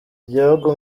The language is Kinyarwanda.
igihugu